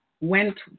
went